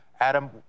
Adam